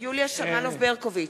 יוליה שמאלוב-ברקוביץ,